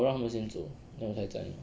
我让他们先走 then 我才载你